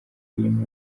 birimo